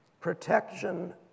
protection